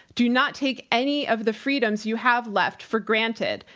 do not take any of the freedoms you have left for granted.